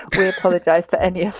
we apologize for any